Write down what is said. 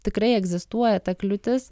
tikrai egzistuoja ta kliūtis